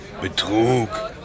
Betrug